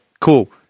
Cool